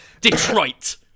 Detroit